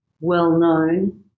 well-known